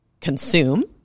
consume